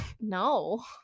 No